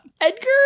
Edgar